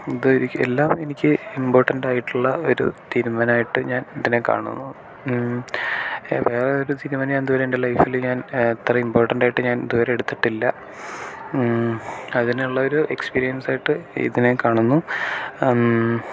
ഇത് എല്ലാം എനിക്ക് ഇമ്പോർട്ടൻറ്റായിട്ടുള്ള ഒരു തീരുമാനമായിട്ട് ഞാൻ ഇതിനെ കാണുന്നു വേറെ ഒരു തീരുമാനം ഞാൻ ഇതുവരെ എൻ്റെ ലൈഫിൽ ഞാൻ ഇത്രയും ഇമ്പോർട്ടാൻറ്റായിട്ട് ഞാൻ ഇതുവരെ എടുത്തിട്ടില്ല അതിനുള്ളൊരു എക്സ്പീരിയൻസായിട്ട് ഇതിനെ കാണുന്നു